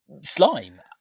slime